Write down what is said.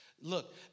Look